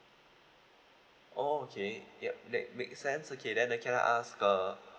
oh okay yup that make sense okay then uh can I ask uh